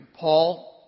Paul